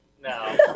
No